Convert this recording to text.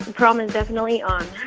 prom is definitely on